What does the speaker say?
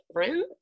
different